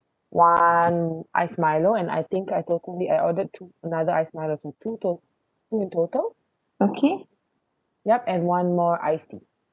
one iced Milo and I think I totally I ordered two another iced Milo so two to~ two in total yup and one more iced tea